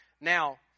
Now